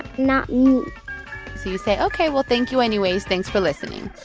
not mean so you say, ok, well, thank you anyways. thanks for listening.